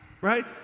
Right